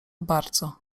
bardzo